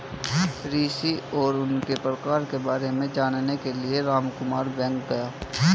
ऋण और उनके प्रकार के बारे में जानने के लिए रामकुमार बैंक गया